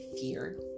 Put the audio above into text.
fear